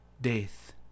death